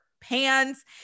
pants